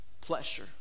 pleasure